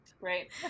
right